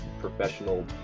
professional